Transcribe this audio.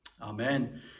Amen